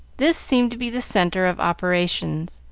this seemed to be the centre of operations,